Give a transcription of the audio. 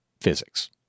physics